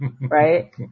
right